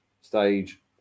stage